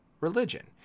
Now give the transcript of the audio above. religion